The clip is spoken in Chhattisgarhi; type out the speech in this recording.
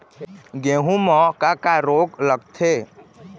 गेहूं म का का रोग लगथे?